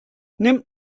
nimmt